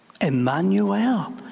Emmanuel